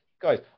guys